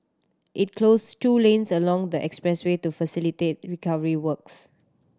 it closed two lanes along the expressway to facilitate recovery works